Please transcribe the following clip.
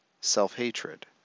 self-hatred